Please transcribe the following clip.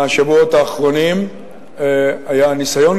בשבועות האחרונים היה ניסיון,